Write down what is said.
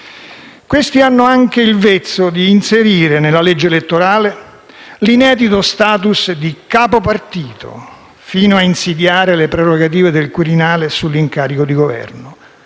Questi hanno anche il vezzo di inserire nella legge elettorale l'inedito *status* di capopartito, fino a insidiare le prerogative del Quirinale sull'incarico di Governo.